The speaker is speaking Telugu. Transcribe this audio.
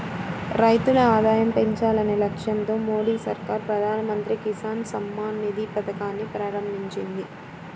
రైతుల ఆదాయం పెంచాలనే లక్ష్యంతో మోదీ సర్కార్ ప్రధాన మంత్రి కిసాన్ సమ్మాన్ నిధి పథకాన్ని ప్రారంభించింది